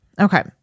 Okay